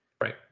Right